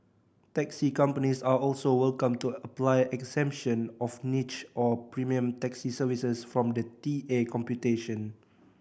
taxi companies are also welcome to apply exemption of niche or premium taxi services from the T A computation